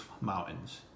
mountains